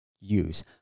use